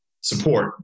support